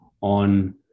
on